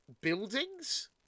buildings